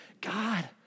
God